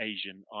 Asian